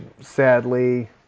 sadly